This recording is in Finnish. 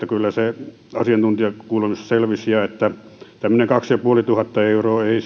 kyllä se asiantuntijakuulemisessa selvisi ja että tämmöinen kaksituhattaviisisataa euroa ei